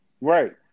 Right